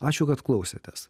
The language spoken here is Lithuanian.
ačiū kad klausėtės